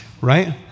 Right